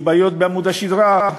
יש בעיות בעמוד השדרה,